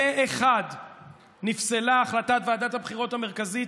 פה אחד נפסלה החלטת ועדת הבחירות המרכזית